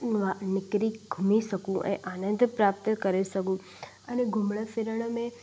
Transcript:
निकिरी घुमी सघूं ऐं आनंद प्राप्त करे सघूं अने घुमणु फिरण में